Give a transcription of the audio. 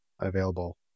available